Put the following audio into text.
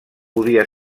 podia